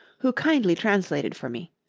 who kindly translated for me,